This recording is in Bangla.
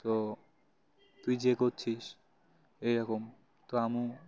তো তুই যে করছিস এইরকম তো আমি